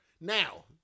Now